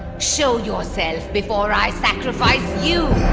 show yourself before i sacrifice you!